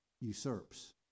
usurps